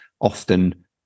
often